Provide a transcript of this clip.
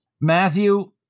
Matthew